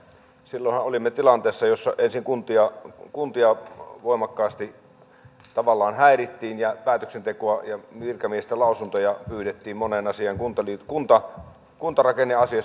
silloinhan olimme tilanteessa jossa ensin kuntia voimakkaasti tavallaan häirittiin niiden päätöksentekoa ja virkamiesten lausuntoja pyydettiin moneen asiaan kuntarakenneasiassa